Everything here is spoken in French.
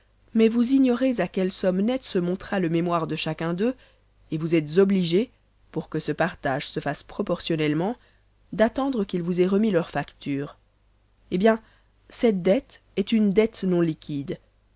mais vous ignorez à quelle somme nette se montera le mémoire de chacun d'eux et vous êtes obligé pour que ce partage se fasse proportionnellement d'attendre qu'ils vous aient remis leurs factures eh bien cette dette est une dette non liquide